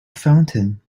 fountain